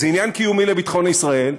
זה עניין קיומי לביטחון ישראל,